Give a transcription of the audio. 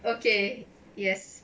okay yes